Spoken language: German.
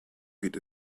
geht